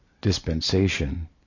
dispensation